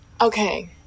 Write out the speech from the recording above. okay